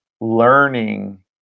learning